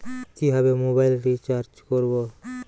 কিভাবে mobile recharge করব?